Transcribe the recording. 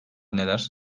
neler